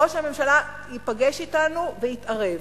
ראש הממשלה ייפגש אתנו ויתערב.